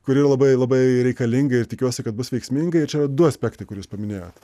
kuri labai labai reikalinga ir tikiuosi kad bus veiksminga ir čia du aspektai kuriuos paminėjot